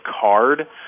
card